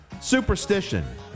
Superstition